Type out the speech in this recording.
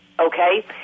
Okay